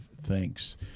thanks